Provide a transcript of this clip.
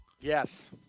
Yes